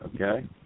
Okay